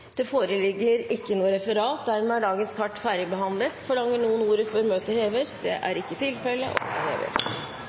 Det foreligger ikke noe referat. Dermed er dagens kart ferdigbehandlet. Forlanger noen ordet før møtet heves? – Det er ikke tilfellet.